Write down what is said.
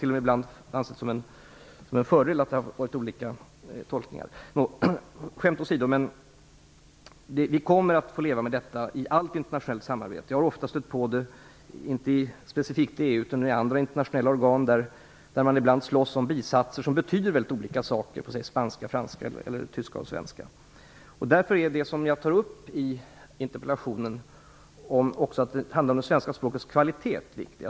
Det har t.o.m. ibland ansetts som en fördel att det har varit olika tolkningar. Skämt åsido kommer vi att få leva med detta i allt internationellt samarbete. Jag har ofta stött på - inte specifikt i EU, utan i andra internationella organ - att man slåss om bisatser som betyder väldigt olika saker på spanska och franska eller tyska och svenska. Det jag tar upp i interpellationen om att det handlar om det svenska språkets kvalitet är viktigt.